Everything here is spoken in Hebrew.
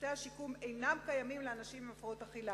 ושירותי השיקום אינם קיימים לאנשים עם הפרעות אכילה.